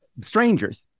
Strangers